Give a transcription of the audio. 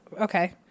okay